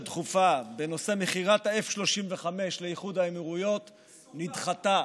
דחופה בנושא מכירת F-35 לאיחוד האמירויות נדחתה.